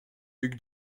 hugh